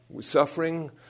Suffering